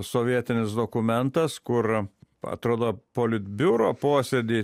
sovietinis dokumentas kur atrodo politbiuro posėdy